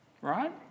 right